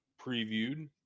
previewed